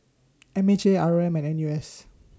M H A R O M and N U S